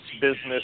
business